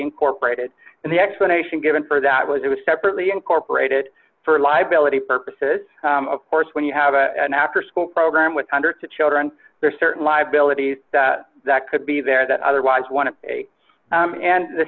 incorporated and the explanation given for that was it was separately incorporated for liability purposes of course when you have a an afterschool program with hundreds of children there are certain live bill it is that could be there that otherwise want to and the